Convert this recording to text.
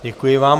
Děkuji vám.